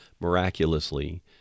miraculously